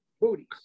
Booties